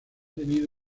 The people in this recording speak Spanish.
tenido